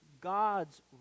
God's